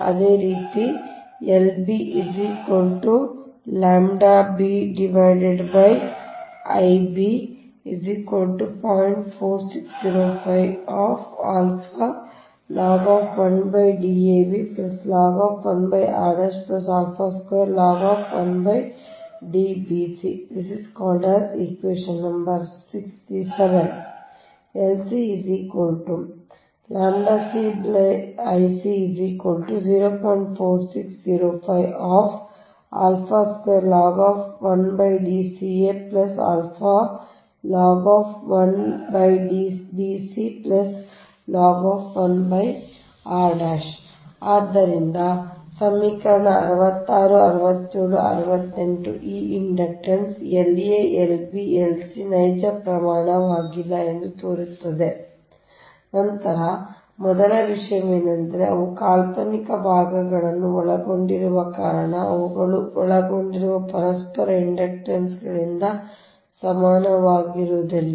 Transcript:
ಅದೇ ರೀತಿ ಆದ್ದರಿಂದ ಸಮೀಕರಣ 66 67 68 ಈ ಇಂಡಕ್ಟನ್ಸ್ La Lb Lc ನೈಜ ಪ್ರಮಾಣವಾಗಿಲ್ಲ ಎಂದು ತೋರಿಸುತ್ತದೆ ನಂತರ ಮೊದಲ ವಿಷಯವೆಂದರೆ ಅವು ಕಾಲ್ಪನಿಕ ಭಾಗಗಳನ್ನು ಒಳಗೊಂಡಿರುವ ಕಾರಣ ಅವುಗಳು ಒಳಗೊಂಡಿರು ಪರಸ್ಪರ ಇಂಡಕ್ಟನ್ಸ್ಗಳಿಂದ ಸಮಾನವಾಗಿರುವುದಿಲ್ಲ